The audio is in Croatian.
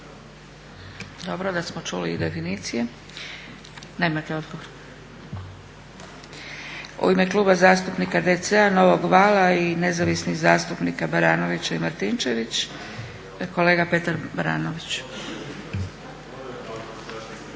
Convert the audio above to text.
Dobro da smo čuli i definicije. Nemate odgovor? U ime Kluba zastupnika DC-a novog vala i nezavisni zastupnika Baranović i Martinčević kolega Petar Baranović.